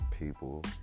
people